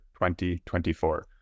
2024